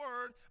word